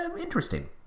interesting